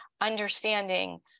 understanding